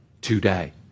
today